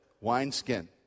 wineskin